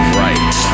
right